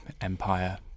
empire